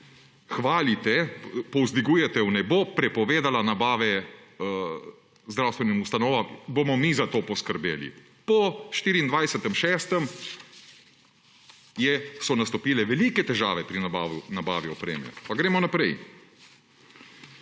hvalite, povzdigujete v nebo, prepovedala nabave zdravstvenim ustanovam – bomo mi za to poskrbeli. Po 24. 6. so nastopile velike težave pri nabavi opreme. Pa gremo naprej.